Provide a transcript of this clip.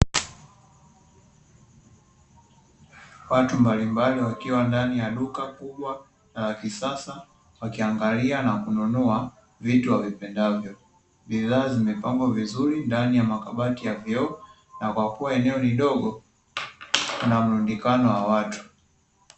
Watu mbalimbali wakiwa ndani ya duka kubwa na la kisasa wakiangalia na kununua vitu wavipendavyo. Bidhaa zimepangwa vizuri ndani ya makabati ya vioo, na kwakuwa eneo ni dogo kuna mlundikano wa watu.